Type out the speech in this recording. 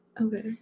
Okay